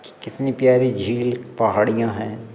कि कितनी प्यारी झील पहाड़ियाँ हैं